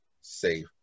safe